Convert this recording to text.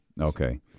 Okay